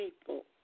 people